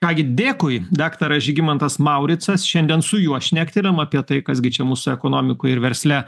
ką gi dėkui daktaras žygimantas mauricas šiandien su juo šnektelėjom apie tai kas gi čia mūsų ekonomikoj ir versle